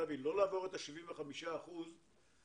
מאיזה טעמים לא לעבור את ה-75% בגז?